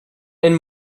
and